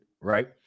right